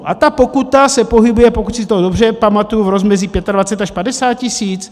A ta pokuta se pohybuje, pokud si to dobře pamatuji, v rozmezí 25 až 50 tisíc?